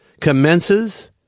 commences